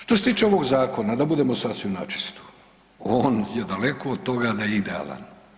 Što se tiče ovoga zakona da budemo sasvim na čisto, on je daleko od toga da je idealan.